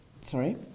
Sorry